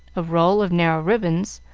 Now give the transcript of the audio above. a roll of narrow ribbons,